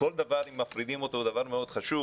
כשכל דבר, אם מפרידים אותו הוא דבר מאוד חשוב